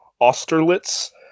Austerlitz